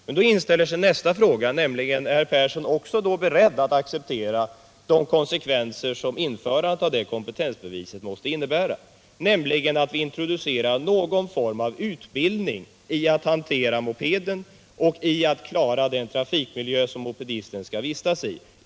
Men då inställer sig nästa fråga: Är Arne Persson då också beredd att acceptera den konsekvens som ett införande av detta kompetensbevis måste medföra, nämligen någon form av utbildning i att hantera mopeden och i att klara den trafikmiljö som mopedisten skall vistas i?